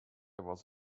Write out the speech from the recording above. was